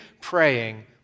praying